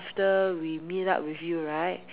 after we meet up with you right